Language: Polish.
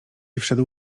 wszedł